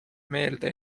meelde